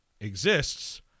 Exists